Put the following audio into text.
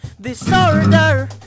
disorder